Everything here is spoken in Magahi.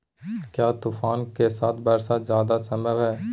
क्या तूफ़ान के साथ वर्षा जायदा संभव है?